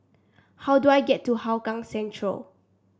how do I get to Hougang Central